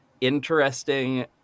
interesting